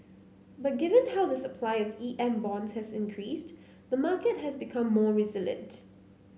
but given how the supply of E M bonds has increased the market has become more resilient